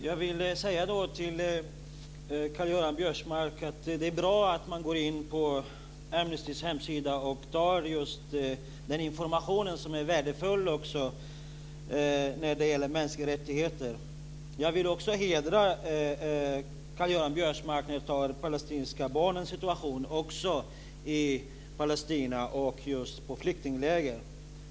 Fru talman! Jag vill säga till Karl-Göran Biörsmark att det är bra att man går in på Amnestys hemsida och hämtar den information som är värdefull när det gäller mänskliga rättigheter. Jag vill också hedra Karl-Göran Biörsmark för att han tar upp de palestinska barnens situation i Palestina och i flyktinglägren.